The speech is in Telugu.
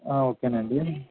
ఓకేనండి